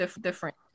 different